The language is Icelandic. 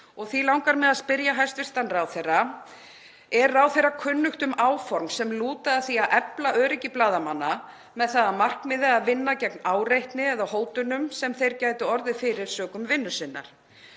Því langar mig að spyrja hæstv. ráðherra: Er ráðherra kunnugt um áform sem lúta að því að efla öryggi blaðamanna með það að markmiði að vinna gegn áreitni eða hótunum sem þeir gætu orðið fyrir sökum vinnu sinnar?